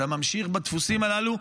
אתה ממשיך בדפוסים הללו,